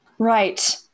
Right